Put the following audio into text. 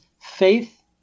faith